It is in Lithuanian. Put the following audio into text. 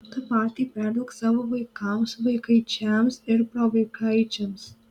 tą patį perduok savo vaikams vaikaičiams ir provaikaičiams